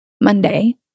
Monday